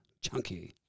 chunky